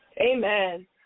Amen